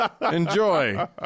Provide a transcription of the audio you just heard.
Enjoy